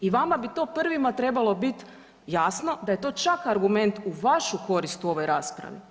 I vama bi to prvima trebalo biti jasno da je to čak argument u vašu korist u ovoj raspravi.